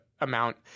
amount